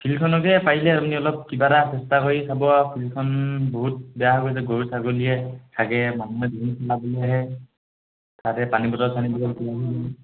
ফিল্ডখনকযে পাৰিলে আপুনি অলপ কিবা এটা চেষ্টা কৰি চাব আৰু ফিলখন বহুত বেয়া হৈ গৈছে গৰু ছাগলীয়ে হাগে মানুহে তাতে পানী বটল চানি বটল